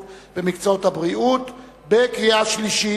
במקצועות הבריאות (תיקון) בקריאה שלישית.